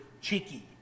cheeky